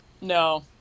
No